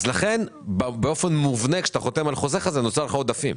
לכן באופן מובנה כאשר אתה חותם על חוזה כזה נוצרים לך עודפים.